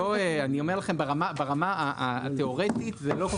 אני אומר לכם ברמה התיאורטית זה לא כל